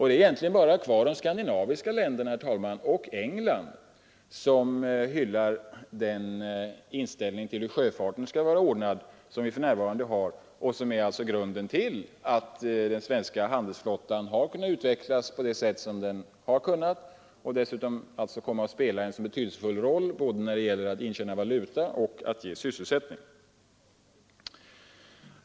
Det är egentligen bara de skandinaviska länderna och England som hyllar den inställning till hur sjöfarten skall vara ordnad som vi för närvarande har och som är grunden till att den svenska handelsflottan har kunnat utvecklas på det sätt som varit fallet och kommit att spela en så betydelsefull roll när det gäller både att intjäna valuta och att ge sysselsättning.